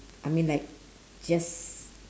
I mean like just